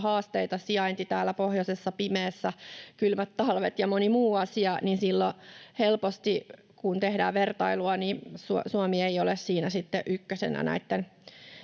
haasteita: sijainti täällä pohjoisessa, pimeässä, kylmät talvet ja moni muu asia. Silloin helposti, kun tehdään vertailua, Suomi ei ole siinä sitten ykkösenä näitten